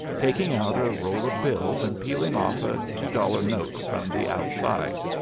taking out a roll of bills and peeling off a two-dollar note from the outside.